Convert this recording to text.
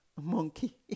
monkey